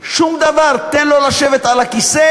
שום דבר, תן לו לשבת על הכיסא